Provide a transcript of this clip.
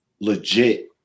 legit